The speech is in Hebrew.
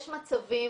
יש מצבים,